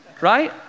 right